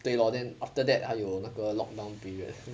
对 lor then after that 还有那个 lock down period